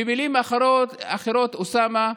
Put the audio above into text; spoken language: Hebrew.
במילים אחרות, אוסאמה,